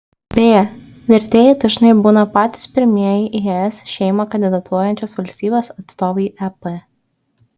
beje vertėjai dažnai būna patys pirmieji į es šeimą kandidatuojančios valstybės atstovai ep